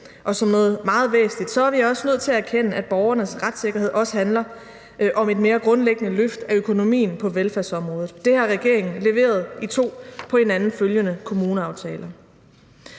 og som noget meget væsentligt, er vi også nødt til at erkende, at borgernes retssikkerhed også handler om et mere grundlæggende løft af økonomien på velfærdsområdet. Det har regeringen leveret i to på hinanden følgende kommuneaftaler.